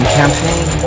campaign